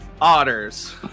Otters